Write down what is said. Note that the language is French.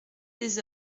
des